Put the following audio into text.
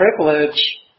privilege